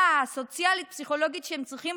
הסוציאלית והפסיכולוגית שהם צריכים.